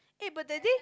eh but that day